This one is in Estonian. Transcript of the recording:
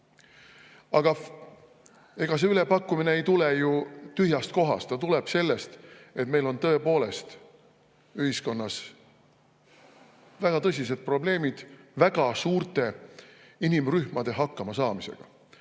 ega see ülepakkumine ei tule ju tühjast kohast. Ta tuleb sellest, et meil tõepoolest on ühiskonnas väga tõsised probleemid väga suurte inimrühmade hakkamasaamisega.